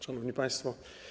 Szanowni Państwo!